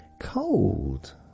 Cold